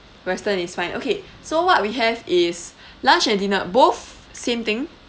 western is fine okay so what we have is lunch and dinner both same thing